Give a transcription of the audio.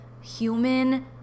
human